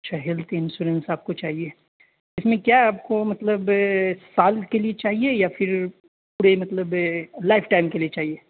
اچھا health insurance آپ کو چاہیے اس میں کیا آپ کو مطلب سال کے لیے چاہیے یا پھر پورے مطلب لائف ٹائم کے لیے چاہیے